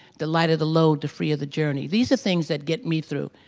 the lighter the load, the freer the journey these are things that get me through.